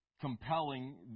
compelling